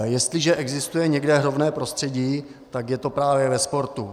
Jestliže existuje někde rovné prostředí, tak je to právě ve sportu.